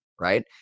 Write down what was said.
right